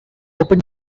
open